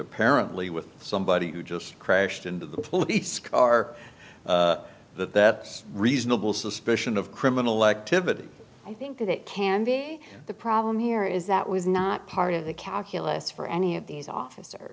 apparently with somebody who just crashed into the police car that that's reasonable suspicion of criminal activity i think that can be the problem here is that was not part of the calculus for any of these officer